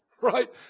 right